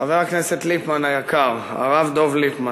חבר הכנסת ליפמן היקר, הרב דב ליפמן,